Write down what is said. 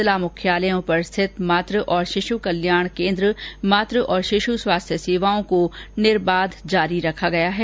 जिला मुख्यालयों पर स्थित मात और शिशु कल्याण केन्द्र मात और शिशु स्वास्थ्य सेवाओं को निर्वाध जारी रखा गया है